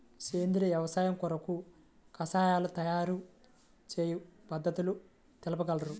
సేంద్రియ వ్యవసాయము కొరకు కషాయాల తయారు చేయు పద్ధతులు తెలుపగలరు?